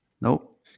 Nope